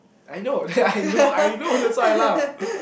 I know I know I know that's why I laugh